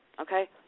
okay